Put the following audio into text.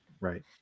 right